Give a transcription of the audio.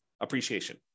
appreciation